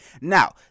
now